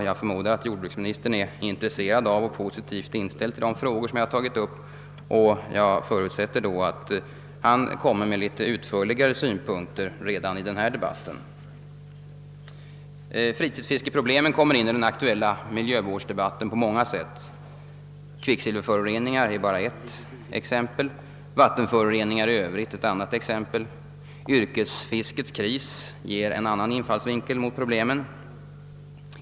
Jag förmodar att jordbruksministern är intresserad av och positivt inställd till de frågor som jag har tagit upp, och jag förutsätter att han kommer med litet utförligare synpunkter redan i denna debatt. Fritidsfiskeproblemen kommer in i den aktuella miljövårdsdebatten på många sätt. Kvicksilverföroreningar är bara ett exempel, vattenföroreningar i Övrigt ett annat exempel. Yrkesfiskets kris ger en annan infallsvinkel mot problemen.